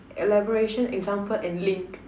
elaboration example and link